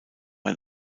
ein